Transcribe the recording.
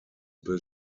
built